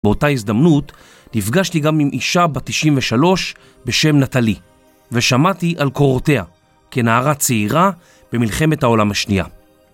באותה הזדמנות נפגשתי גם עם אישה בת תשעים ושלוש בשם נטלי ושמעתי על קורותיה כנערה צעירה במלחמת העולם השנייה